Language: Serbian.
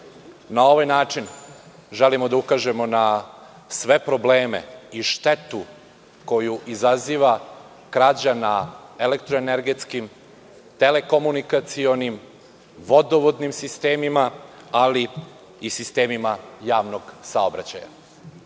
Na ovaj način želimo da ukažemo na sve probleme i štetu koju izaziva krađa na elektroenergetskim, telekomunikacionim, vodovodnim sistemima, ali i sistemima javnog saobraćaja. Smatramo